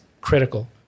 critical